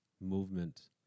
movement